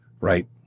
right